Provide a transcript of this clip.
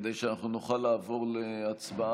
כדי שאנחנו נוכל לעבור להצבעה.